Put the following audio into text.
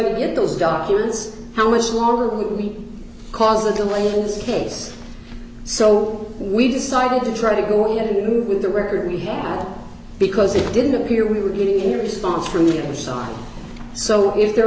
to get those documents how much longer will we cause a delay in this case so we decided to try to go on with the record we had because it didn't appear we were getting a response from the side so if they're